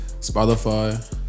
Spotify